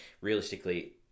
realistically